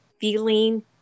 feeling